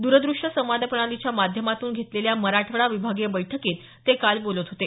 दूरदृश्य संवाद प्रणालीच्या माध्यमातून घेतलेल्या मराठवाडा विभागीय बैठकीत ते बोलत होते